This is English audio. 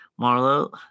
Marlo